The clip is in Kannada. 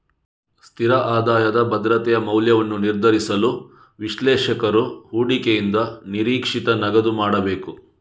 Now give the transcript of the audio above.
ಸ್ಥಿರ ಆದಾಯದ ಭದ್ರತೆಯ ಮೌಲ್ಯವನ್ನು ನಿರ್ಧರಿಸಲು, ವಿಶ್ಲೇಷಕರು ಹೂಡಿಕೆಯಿಂದ ನಿರೀಕ್ಷಿತ ನಗದು ಮಾಡಬೇಕು